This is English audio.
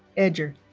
eger